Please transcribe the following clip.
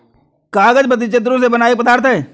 कागज पतली चद्दरों से बना एक पदार्थ है